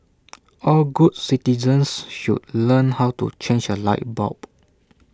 all good citizens should learn how to change A light bulb